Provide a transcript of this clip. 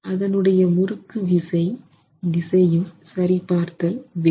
அதனுடைய முறுக்கு விசை திசையும் சரிபார்த்தல் வேண்டும்